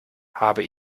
habe